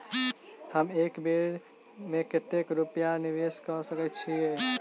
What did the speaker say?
हम एक बेर मे कतेक रूपया निवेश कऽ सकैत छीयै?